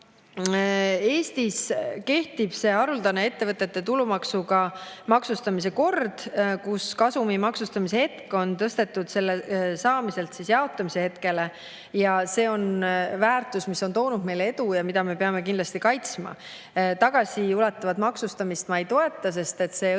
Eestis kehtib haruldane ettevõtete tulumaksuga maksustamise kord, kus kasumi maksustamine on tõstetud selle saamise hetkelt jaotamise hetkele, ja see on väärtus, mis on toonud meile edu ja mida me peame kindlasti kaitsma. Tagasiulatuvat maksustamist ma ei toeta, sest see läheb